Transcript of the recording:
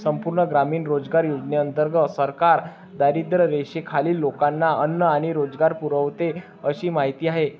संपूर्ण ग्रामीण रोजगार योजनेंतर्गत सरकार दारिद्र्यरेषेखालील लोकांना अन्न आणि रोजगार पुरवते अशी माहिती आहे